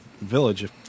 village